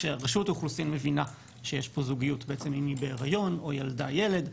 רשות האוכלוסין מבינה שיש פה זוגיות אם היא בהריון או ילדה ילד.